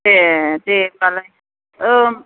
ए दे होम्बालाय ओम